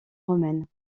romaine